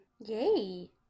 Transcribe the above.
Yay